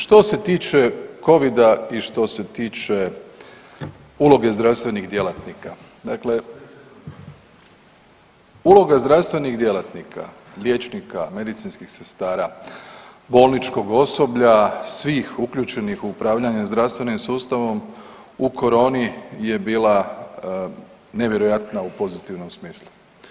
Što se tiče Covida i što se tiče uloge zdravstvenih djelatnika, dakle, uloga zdravstvenih djelatnika, liječnika, medicinskih sestara, bolničkog osoblja, svih uključenih u upravljanje zdravstvenim sustavom u koroni je bila nevjerojatna u pozitivnom smislu.